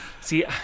See